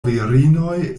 virinoj